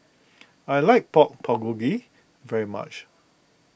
I like Pork Bulgogi very much